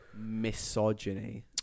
Misogyny